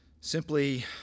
simply